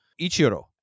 Ichiro